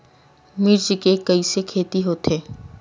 मिर्च के कइसे खेती होथे?